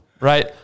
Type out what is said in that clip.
right